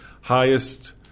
highest